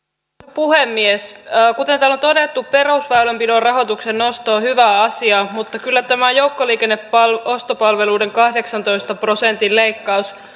puhemies kuten täällä on todettu perusväylänpidon rahoituksen nosto on hyvä asia mutta kyllä tämä joukkoliikenneostopalveluiden kahdeksantoista prosentin leikkaus